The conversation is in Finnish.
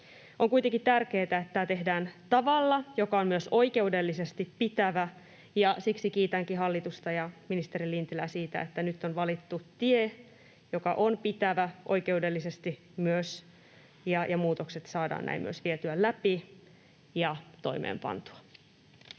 On kuitenkin tärkeätä, että tämä tehdään tavalla, joka on myös oikeudellisesti pitävä, ja siksi kiitänkin hallitusta ja ministeri Lintilää siitä, että nyt on valittu tie, joka on pitävä myös oikeudellisesti, ja muutokset saadaan näin myös vietyä läpi ja toimeenpantua.